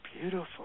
beautiful